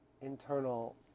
internal